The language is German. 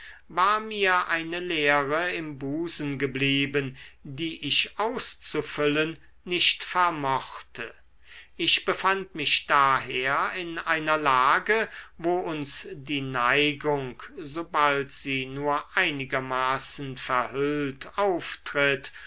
war mir eine leere im busen geblieben die ich auszufüllen nicht vermochte ich befand mich daher in einer lage wo uns die neigung sobald sie nur einigermaßen verhüllt auftritt